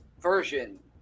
version